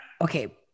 Okay